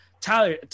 tyler